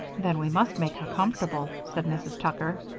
then we must make her comfortable, said mrs. tucker.